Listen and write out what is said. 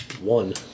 One